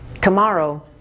Tomorrow